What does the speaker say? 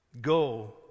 Go